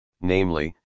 namely